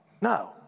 No